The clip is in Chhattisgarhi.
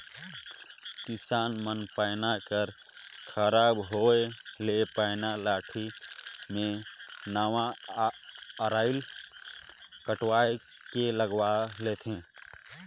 किसान मन पैना कर खराब होए ले पैना लाठी मे नावा अरई कटवाए के लगवाए लेथे